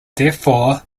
therefore